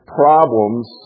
problems